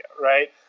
right